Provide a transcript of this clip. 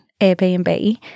Airbnb